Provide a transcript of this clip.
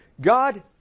God